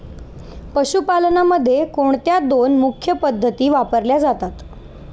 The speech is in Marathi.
पशुपालनामध्ये कोणत्या दोन मुख्य पद्धती वापरल्या जातात?